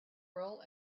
roll